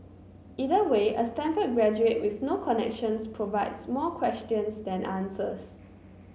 either way a Stanford graduate with no connections provides more questions than answers